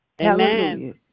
Amen